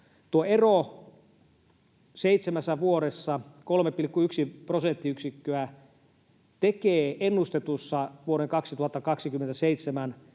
Tuo ero, seitsemässä vuodessa 3,1 prosenttiyksikköä, tekee ennustetussa vuoden 2027